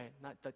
right